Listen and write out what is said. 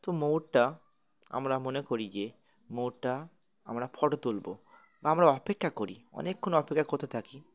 তো ময়ূরটা আমরা মনে করি যে ময়ূরটা আমরা ফটো তুলবো বা আমরা অপেক্ষা করি অনেকক্ষণ অপেক্ষা করতে থাকি